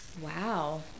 Wow